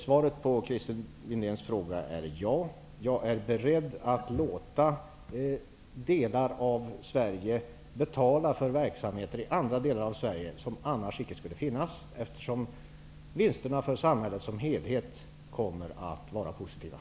Svaret på Christer Windéns fråga är ja. Jag är beredd att låta delar av Sverige betala för verksamheter i andra delar av Sverige som annars icke skulle finnas, eftersom det kommer att innebära vinster för samhället som helhet.